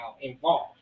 involved